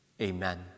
Amen